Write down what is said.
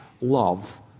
love